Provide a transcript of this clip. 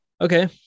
Okay